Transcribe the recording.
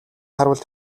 харвал